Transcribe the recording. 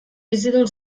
bizidun